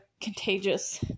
contagious